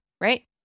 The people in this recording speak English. Right